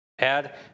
Add